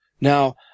Now